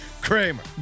Kramer